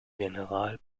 general